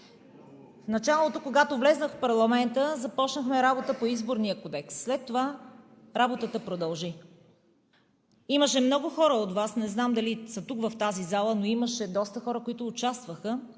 В началото, когато влязох в парламента, започнахме работа по Изборния кодекс. След това работата продължи. Имаше много хора от Вас – не знам дали са тук, в тази зала, но имаше доста хора, които участваха,